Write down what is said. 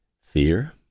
fear